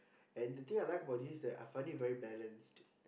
and the thing I like about this that I find it very balanced